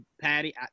Patty